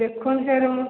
ଦେଖନ୍ତୁ ସାର୍ ମୁଁ